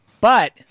But-